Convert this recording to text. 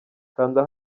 kanda